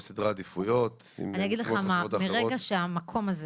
סדר העדיפויות --- ברגע שהמקום הזה,